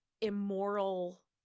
immoral